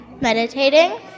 meditating